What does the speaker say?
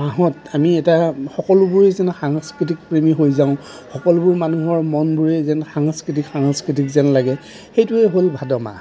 মাহত আমি এটা সকলোবোৰ যেন সাংস্কৃতিক প্ৰেমী হৈ যাওঁ সকলোবোৰ মানুহৰ মনবোৰেই যেন সাংস্কৃতিক সাংস্কৃতিক যেন লাগে সেইটোৱেই হ'ল ভাদ মাহ